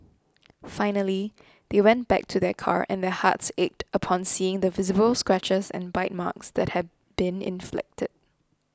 finally they went back to their car and their hearts ached upon seeing the visible scratches and bite marks that had been inflicted